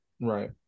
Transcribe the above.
Right